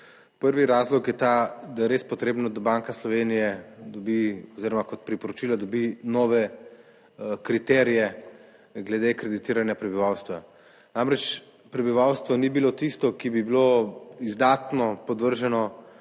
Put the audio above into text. Prvi razlog je ta, da je res potrebno, da Banka Slovenije dobi oziroma kot priporočila dobi nove kriterije glede kreditiranja prebivalstva. Namreč prebivalstvo ni bilo tisto, ki bi bilo izdatno podvrženo